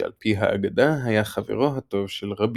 שעל פי האגדה היה חברו הטוב של רבי.